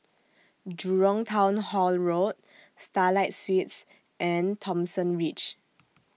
Jurong Town Hall Road Starlight Suites and Thomson Ridge